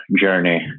journey